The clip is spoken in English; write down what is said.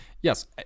yes